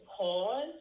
pause